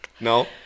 No